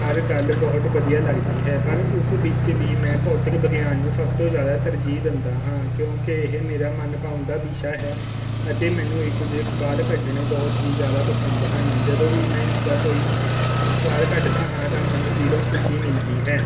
ਹਰ ਗੱਲ ਬਹੁਤ ਵਧੀਆ ਲੱਗਦੀ ਹੈ ਪਰ ਉਸ ਵਿੱਚ ਵੀ ਮੈਂ ਭੌਤਿਕ ਵਿਗਿਆਨ ਨੂੰ ਸਭ ਤੋਂ ਜ਼ਿਆਦਾ ਤਰਜੀਹ ਦਿੰਦਾ ਹਾਂ ਕਿਉਂਕਿ ਇਹ ਮੇਰਾ ਮਨ ਭਾਉਂਦਾ ਵਿਸ਼ਾ ਹੈ ਅਤੇ ਮੈਨੂੰ ਇਸ ਦੇ ਸਵਾਲ ਕੱਢਣੇ ਬਹੁਤ ਹੀ ਜ਼ਿਆਦਾ ਪਸੰਦ ਹਨ ਜਦੋਂ ਵੀ ਮੈਂ ਇਸ ਦਾ ਕੋਈ ਸਵਾਲ ਕੱਢਦਾ ਹਾਂ ਤਾਂ ਮੈਨੂੰ ਦਿਲੋਂ ਖੁਸ਼ੀ ਮਿਲਦੀ ਹੈ